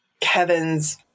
Kevin's